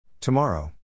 Tomorrow